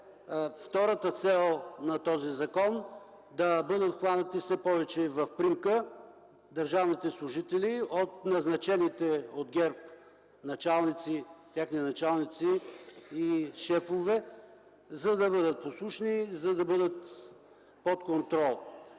втората цел на този законопроект – да бъдат обхванати все повече в примка държавните служители от назначените от ГЕРБ техни началници и шефове, за да бъдат послушни, за да бъдат под контрол.